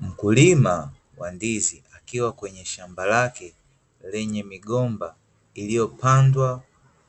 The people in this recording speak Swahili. Mkulima wa ndizi akiwa kwenye shamba lake lenye migomba iliyopandwa